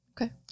Okay